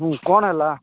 ହୁଁ କ'ଣ ହେଲା